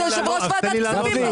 אתה יושב ראש ועדת כספים,